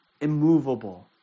immovable